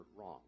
wrong